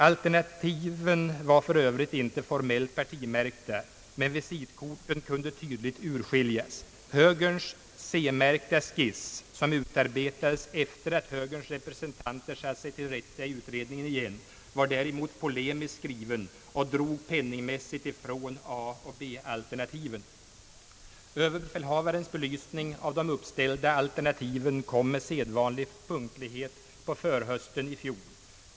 Alternativen var för Övrigt inte formellt partimärkta, men visitkorten kunde tydligt urskiljas. Högerns C-märkta skiss som utarbetats efter att högerns representanter satt sig till rätta i utredningen igen var däremot polemiskt skriven och drog penningmässigt ifrån A och B-alternativen. Överbefälhavarens belysning av de uppställda alternativen kom med sedvanlig punktlighet på förhösten i fjol.